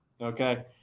okay